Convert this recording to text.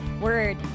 Word